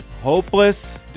hopeless